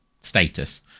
status